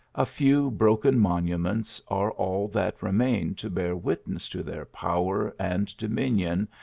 a few broken monuments are all that remain to bear witness to their power and dominion,